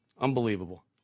Unbelievable